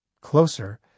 Closer